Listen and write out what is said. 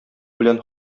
белән